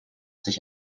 sich